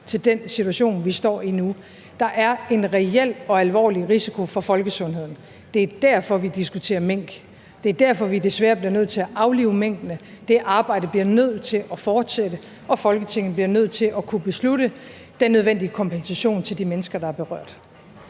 til den situation, vi står i nu. Der er en reel og alvorlig risiko for folkesundheden. Det er derfor, vi diskuterer mink. Det er derfor, vi desværre bliver nødt til at aflive minkene. Det arbejde bliver nødt til at fortsætte, og Folketinget bliver nødt til at kunne beslutte den nødvendige kompensation til de mennesker, der er berørt.